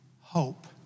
hope